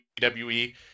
WWE